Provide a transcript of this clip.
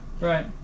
Right